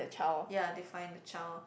ya define the child